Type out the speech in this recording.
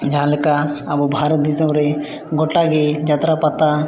ᱡᱟᱦᱟᱸ ᱞᱮᱠᱟ ᱟᱵᱚ ᱵᱷᱟᱨᱚᱛ ᱫᱤᱥᱚᱢᱨᱮ ᱜᱚᱴᱟᱜᱮ ᱡᱟᱛᱨᱟ ᱯᱟᱛᱟ